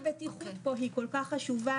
--- הבטיחות פה היא כל כך חשובה.